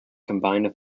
combined